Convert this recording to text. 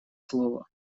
слово